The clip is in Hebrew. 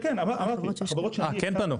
כן, כן, אמרתי, החברות שאני השקעתי בעבר